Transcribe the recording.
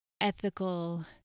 Ethical